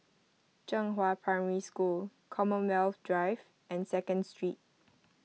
Zhenghua Primary School Commonwealth Drive and Second Street